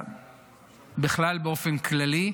בכלל, באופן כללי,